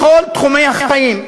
בכל תחומי החיים: